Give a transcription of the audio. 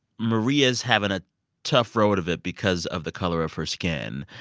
maria's having a tough road of it because of the color of her skin.